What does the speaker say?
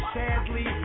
sadly